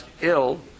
ill